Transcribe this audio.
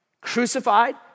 crucified